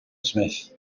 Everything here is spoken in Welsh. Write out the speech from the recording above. smith